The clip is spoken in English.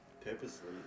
Purposely